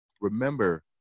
Remember